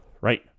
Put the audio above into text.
right